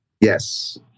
Yes